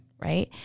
Right